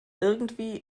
irgendwie